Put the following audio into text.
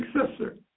successor